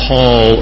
Paul